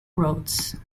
roads